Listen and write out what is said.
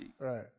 Right